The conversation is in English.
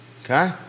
Okay